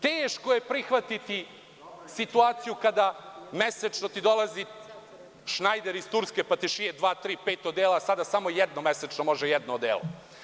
Teško je prihvatiti situaciju kada mesečno ti dolazi šnajder iz Turske pa ti šije dva, tri, pet odela, sada samo jednom mesečno može jedno odelo.